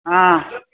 हा